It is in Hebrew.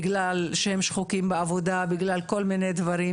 בגלל שהם שחוקים מהעבודה ובגלל כל מיני דברים,